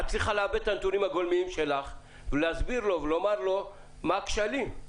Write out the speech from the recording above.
את צריכה לעבד את הנתונים הגולמיים שלך ולהסביר לו ולומר לו מה הכשלים.